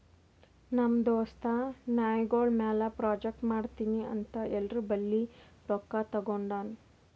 ನಮ್ ದೋಸ್ತ ನಾಯ್ಗೊಳ್ ಮ್ಯಾಲ ಪ್ರಾಜೆಕ್ಟ್ ಮಾಡ್ತೀನಿ ಅಂತ್ ಎಲ್ಲೋರ್ ಬಲ್ಲಿ ರೊಕ್ಕಾ ತಗೊಂಡಾನ್